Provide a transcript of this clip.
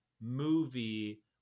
movie